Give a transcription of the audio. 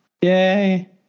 yay